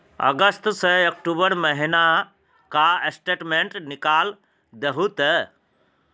अगस्त से अक्टूबर महीना का स्टेटमेंट निकाल दहु ते?